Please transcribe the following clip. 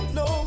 no